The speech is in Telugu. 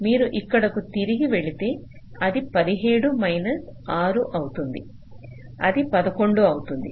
మీరు ఇక్కడకు తిరిగి వెళితే అది 17 మైనస్ 6 అవుతుంది అది 11 అవుతుంది